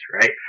Right